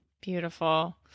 Beautiful